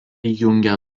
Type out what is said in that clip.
jungia